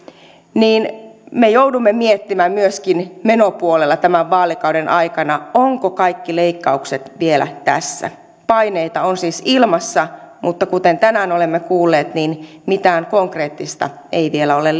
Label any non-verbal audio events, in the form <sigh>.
niin me joudumme miettimään myöskin menopuolella tämän vaalikauden aikana ovatko kaikki leikkaukset vielä tässä paineita on siis ilmassa mutta kuten tänään olemme kuulleet niin mitään konkreettista lisälistaa ei vielä ole <unintelligible>